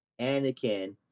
Anakin